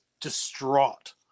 distraught